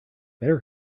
better